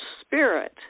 spirit